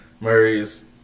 Murray's